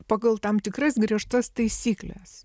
pagal tam tikras griežtas taisykles